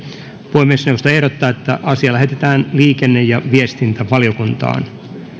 puhemiesneuvosto ehdottaa että asia lähetetään liikenne ja viestintävaliokuntaan